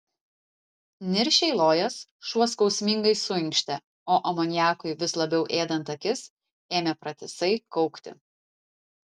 niršiai lojęs šuo skausmingai suinkštė o amoniakui vis labiau ėdant akis ėmė pratisai kaukti